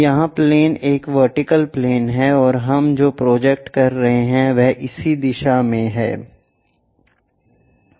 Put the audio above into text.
यहाँ प्लेन एक vertical plane है और हम जो प्रोजेक्ट कर रहे हैं वह इसी दिशा में है